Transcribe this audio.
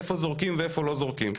איפה זורקים ואיפה לא זורקים.